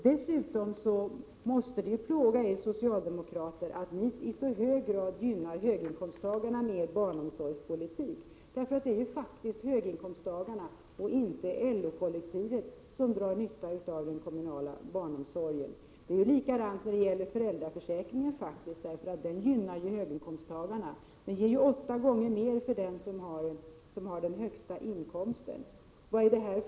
Dessutom måste det väl plåga er socialdemokrater att ni i mycket hög grad gynnar höginkomsttagarna med er barnomsorgspolitik. Det är ju höginkomsttagarna, inte LO-kollektivet, som drar nytta av den kommunala barnomsorgen. Likadant förhåller det sig när det gäller föräldraförsäkringen, som också gynnar höginkomsttagarna. De som har de högsta inkomsterna får nämligen ut åtta gånger mer än en del får.